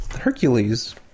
Hercules